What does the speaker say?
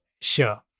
sure